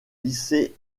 lycée